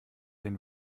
den